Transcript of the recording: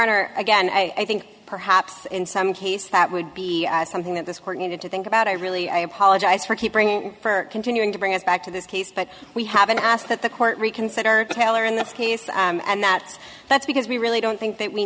honor again i think perhaps in some cases that would be something that this court needed to think about i really i apologize for keep bringing for continuing to bring us back to this case but we haven't asked that the court reconsider taylor in this case and that's that's because we really don't think that we